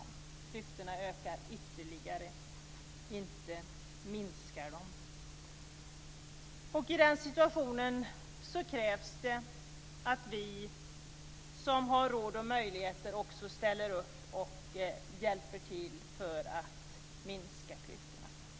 Klyftorna ökar ytterligare, inte minskar de. I den situationen krävs det att vi som har råd och möjligheter också ställer upp och hjälper till för att minska klyftorna.